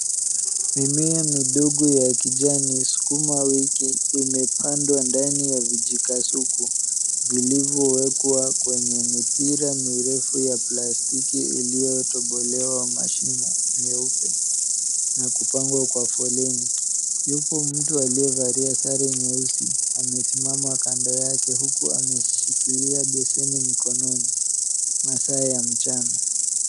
Mimea midogo ya kijani, sukumawiki, imepandwa ndani ya vijikasuku vilivyowekwa kwenye mipira mirefu ya plastiki iliyotobolewa mashimo meupe, na kupangwa kwa foleni. Yupo mtu aliyevalia sare nyeusi, amesimama kando yake huku ameshikilia beseni mkononi. Masaa ya mchana.